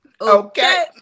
Okay